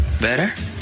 Better